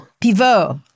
Pivot